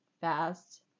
fast